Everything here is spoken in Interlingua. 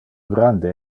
grande